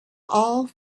all